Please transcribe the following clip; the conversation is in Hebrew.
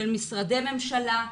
של משרדי ממשלה,